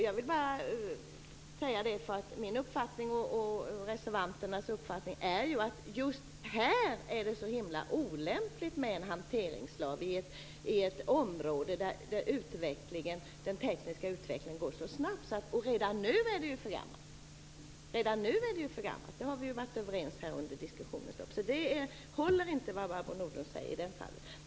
Jag vill säga detta, eftersom min och reservanternas uppfattning är att det är så himla olämpligt med en hanteringslag just här, på ett område där den tekniska utvecklingen går så snabbt. Redan nu är det ju för gammalt - det har vi varit överens om här under diskussionens lopp. Det Barbro Nordlund säger här håller alltså inte.